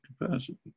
capacity